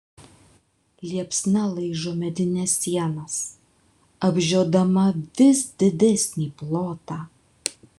liepsna laižo medines sienas apžiodama vis didesnį plotą